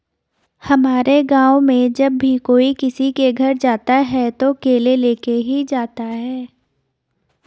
हमारे गाँव में जब भी कोई किसी के घर जाता है तो केले लेके ही जाता है